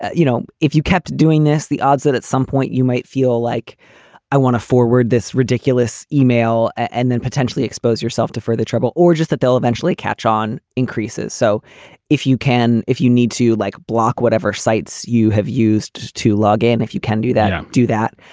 ah you know, if you kept doing this, the odds that at some point you might feel like i want to forward this ridiculous email and then potentially expose yourself to further trouble or just that they'll eventually catch on increases. so if you can if you need to like block whatever sites you have used to log in, if you can do that, do that.